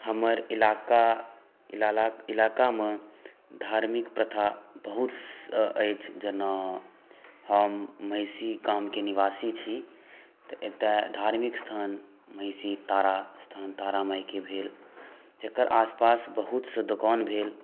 हमर इलाका इलाकामे धार्मिक प्रथा बहुत रास अछि जेना हम महिषी गामके निवासी छी तऽ एतय धार्मिक स्थान महिषी तारा स्थान तारा मायके भेल जकर आसपास बहुतसए दोकान भेल